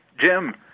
Jim